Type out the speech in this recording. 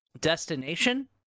destination